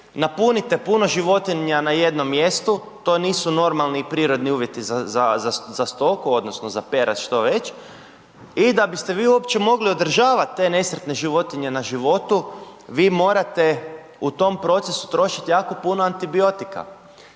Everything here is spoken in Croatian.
napunite puno životinja na jednom mjestu to nisu normalni i prirodni uvjeti za stoku odnosno za perad što već i da bi ste vi uopće mogli održavat te nesretne životinje na životu vi morate u tom procesu trošit jako puno antibiotika.